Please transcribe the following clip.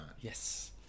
Yes